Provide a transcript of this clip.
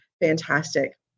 fantastic